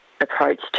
approach